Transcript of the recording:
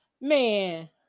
Man